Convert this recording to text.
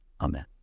Amen